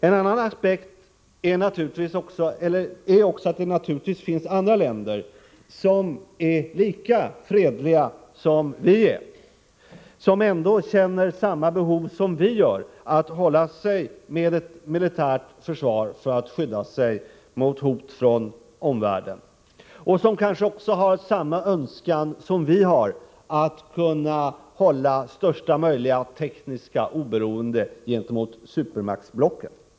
En annan aspekt är att det naturligtvis finns länder som är lika fredliga som vi är och som känner samma behov som vi att hålla sig med ett militärt försvar för att skydda sig mot hot från omvärlden. De kanske också har samma önskan som vi har om största möjliga tekniska oberoende gentemot supermaktsblocken.